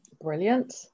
Brilliant